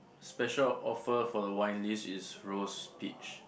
special offer for the wine list is rose peach